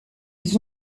ils